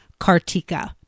Kartika